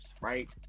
right